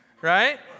right